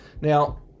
Now